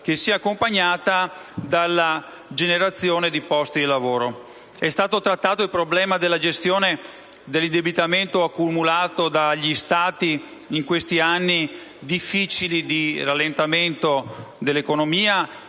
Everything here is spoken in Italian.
che sia accompagnata dalla creazione di posti di lavoro. È stato trattato il problema della gestione dell'indebitamento accumulato dagli Stati in questi anni difficili di rallentamento dell'economia